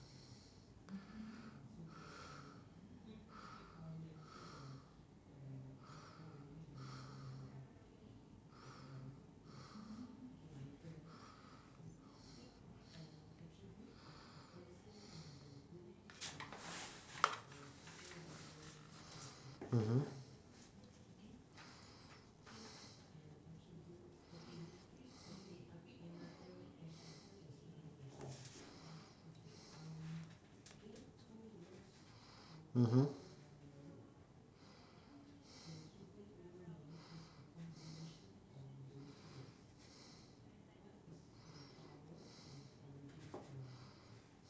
mmhmm mmhmm